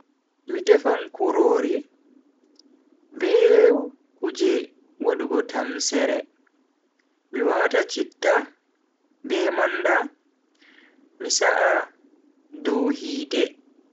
Mi tefan kurori, be kuje wadugo tamseere, mi wata citta be manda mi sa'a dow hiite.